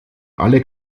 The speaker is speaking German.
alle